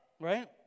right